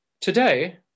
Today